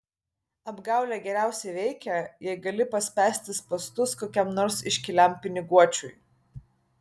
apgaulė geriausiai veikia jei gali paspęsti spąstus kokiam nors iškiliam piniguočiui